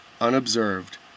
unobserved